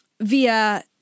via